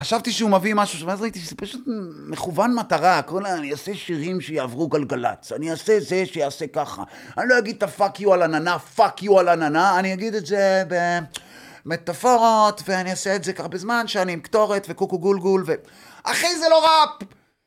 חשבתי שהוא מביא משהו, ואז ראיתי שזה פשוט מכוון מטרה. כל האני אעשה שירים שיעברו גלגל"צ. אני אעשה זה שיעשה ככה. אני לא אגיד את ה-fuck you על הננה, fuck you על הננה, אני אגיד את זה במטפורות, ואני אעשה את זה ככה בזמן שאני עם קטורת וקוקו גולגול ו... אחי, זה לא ראפ!